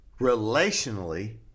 relationally